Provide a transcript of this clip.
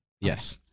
Yes